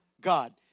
God